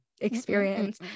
experience